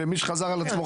ומי שחזר על עצמו,